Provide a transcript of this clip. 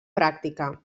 pràctica